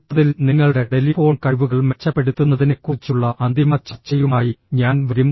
അടുത്തതിൽ നിങ്ങളുടെ ടെലിഫോൺ കഴിവുകൾ മെച്ചപ്പെടുത്തുന്നതിനെക്കുറിച്ചുള്ള അന്തിമ ചർച്ചയുമായി ഞാൻ വരും